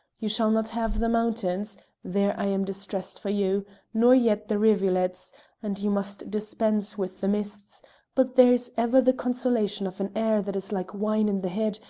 you shall not have the mountains there i am distressed for you nor yet the rivulets and you must dispense with the mists but there is ever the consolation of an air that is like wine in the head,